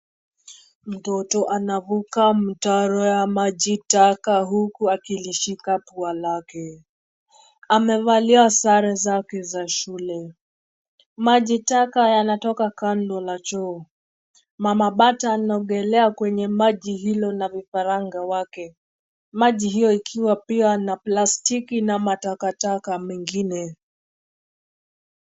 Mtoto anavuka mtaro ya maji taka huku akilishika pua lake. Amevalia sare zake za shule. Maji taka yanatoka kando na choo. Mama bata anaongelea kwenye maji hilo na vifaranga wake. Maji hiyo ikiwa pia na plastiki na matakataka mengine.